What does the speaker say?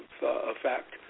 effect